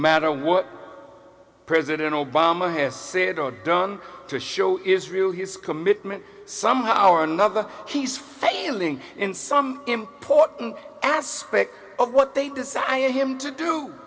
matter what president obama has said or done to show israel his commitment somehow or another he's failing in some important aspect of what they decide him to do